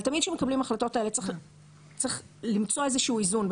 אבל תמיד כשמקבלים את ההחלטות האלה צריך למצוא איזשהו איזון.